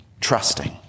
trusting